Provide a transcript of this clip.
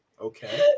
okay